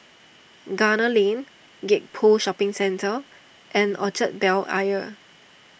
Gunner Lane Gek Poh Shopping Centre and Orchard Bel Air